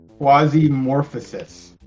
Quasimorphosis